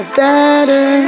better